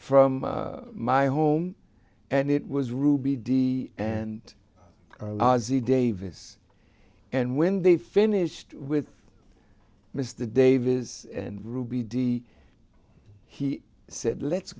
from my home and it was ruby dee and ozzy davis and when they finished with mr davis and ruby dee he said let's